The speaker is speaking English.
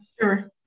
Sure